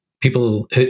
people